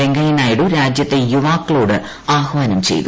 വെങ്കയ്യനായിഡു രാജ്യത്തെ യുവാക്കളോട് ആഹ്വാനം ചെയ്തു